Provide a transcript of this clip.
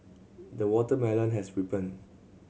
the watermelon has ripened